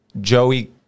joey